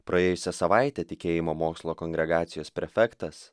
praėjusią savaitę tikėjimo mokslo kongregacijos prefektas